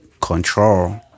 control